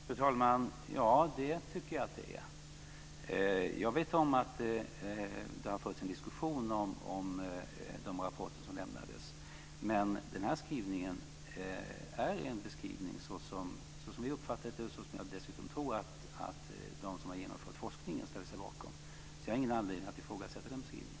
Fru talman! Ja, det tycker jag att det är. Jag vet att det har förts en diskussion om de rapporter som lämnades. Men den här skrivningen är en beskrivning såsom vi har uppfattat det och som jag dessutom tror att de som har genomfört forskningen ställer sig bakom. Jag har alltså ingen anledning att ifrågasätta den beskrivningen.